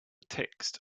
text